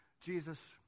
Jesus